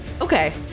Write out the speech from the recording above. Okay